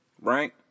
right